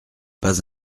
pas